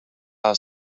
are